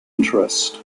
interest